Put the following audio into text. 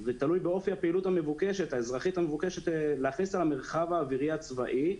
ותלוי באופי הפעילות האזרחית המבוקשת להכניס למרחב האווירי הצבאי.